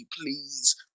Please